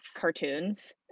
cartoons